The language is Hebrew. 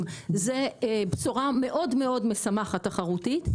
זו בשורה מאוד מאוד משמחת תחרותית,